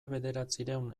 bederatziehun